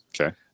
Okay